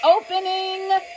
opening